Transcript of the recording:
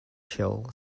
chill